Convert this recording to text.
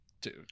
Dude